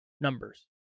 numbers